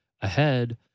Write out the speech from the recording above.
ahead